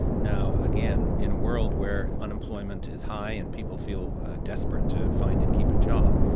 now, again, in a world where unemployment is high and people feel desperate to find and keep a job,